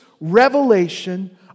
revelation